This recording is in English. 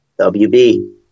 WB